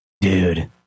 dude